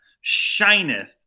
shineth